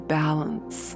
balance